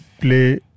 play